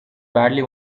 badly